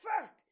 first